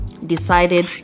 decided